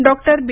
doctor बी